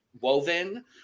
woven